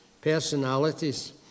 personalities